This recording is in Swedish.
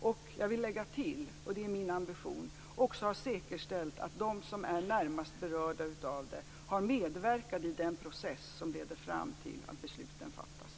Jag vill också lägga till - och det är min ambition - att det är viktigt att vi har säkerställt att de som är närmast berörda av detta har medverkat i den process som leder fram till att besluten fattas.